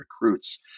Recruits